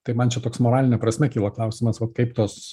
tai man čia toks moraline prasme kyla klausimas vat kaip tos